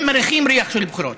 הם מריחים ריח של בחירות.